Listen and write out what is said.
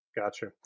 gotcha